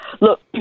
Look